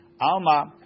Alma